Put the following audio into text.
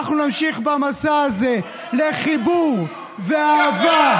אנחנו נמשיך במסע הזה לחיבור ואהבה.